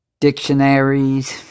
dictionaries